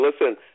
listen